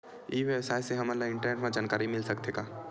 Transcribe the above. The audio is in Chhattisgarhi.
ई व्यवसाय से हमन ला इंटरनेट मा जानकारी मिल सकथे का?